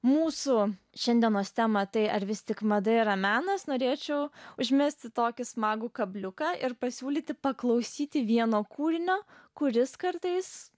mūsų šiandienos tema tai ar vis tik mada yra menas norėčiau užmesti tokį smagų kabliuką ir pasiūlyti paklausyti vieno kūrinio kuris kartais